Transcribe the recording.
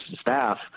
staff